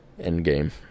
Endgame